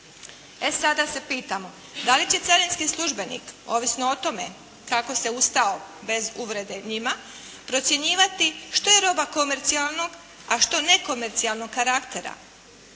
E sada se pitamo, da li će carinski službenik ovisno o tome kako se ustao bez uvrede njima, procjenjivati što je roba komercijalnog, a što nekomercijalnog karaktera